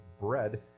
bread